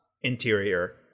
Interior